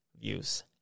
views